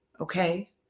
Okay